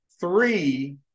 three